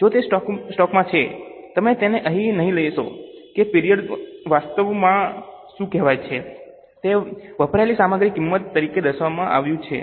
જો તે સ્ટોકમાં છે તમે તેને અહીં નહીં લેશો કે પીરિયડમાં વાસ્તવમાં શું ખવાય છે તે વપરાયેલી સામગ્રીની કિંમત તરીકે દર્શાવવામાં આવ્યું છે